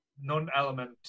non-element